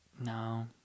No